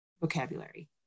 vocabulary